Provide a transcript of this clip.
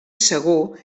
segur